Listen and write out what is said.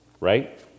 right